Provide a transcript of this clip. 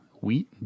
wheat